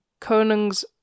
Konungs